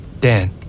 Dan